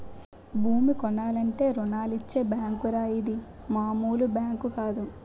భూమి కొనాలంటే రుణాలిచ్చే బేంకురా ఇది మాములు బేంకు కాదు